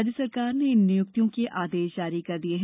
राज्य शासन ने इन नियुक्तियों के आदेश जारी कर दिये हैं